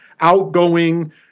outgoing